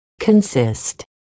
consist